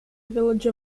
village